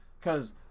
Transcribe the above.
Cause